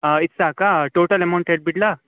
ಹಾಂ ಇದು ಸಾಕಾ ಟೋಟಲ್ ಅಮೌಂಟ್ ಹೇಳ್ಬಿಡ್ಲ